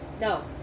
No